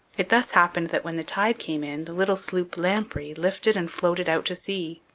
it thus happened that when the tide came in, the little sloop lamprey lifted and floated out to sea.